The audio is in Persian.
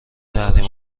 تحریم